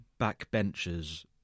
backbenchers